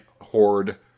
horde